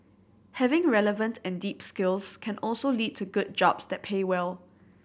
having relevant and deep skills can also lead to good jobs that pay well